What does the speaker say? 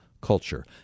culture